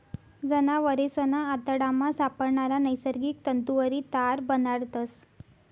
जनावरेसना आतडामा सापडणारा नैसर्गिक तंतुवरी तार बनाडतस